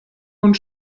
und